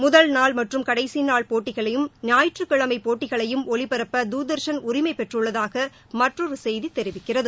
முதல் நாள் மற்றும் கடைசி நாள் போட்டிகளையும் ஞாயிற்று கிழமை போட்டிகளையும் ஒலிப்பரப்ப தூதர்ஷன் உரிமை பெற்றுள்ளதாக மற்றொரு செய்தி தெரிவிக்கிறது